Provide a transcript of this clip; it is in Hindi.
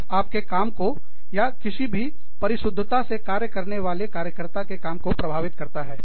यह आपके काम को या किसी भी परिशुद्धता से कार्य करने वाला कार्यकर्ता के काम को प्रभावित करता है